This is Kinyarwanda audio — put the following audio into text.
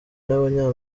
n’abanya